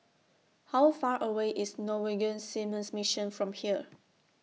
How Far away IS Norwegian Seamen's Mission from here